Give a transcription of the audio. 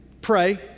pray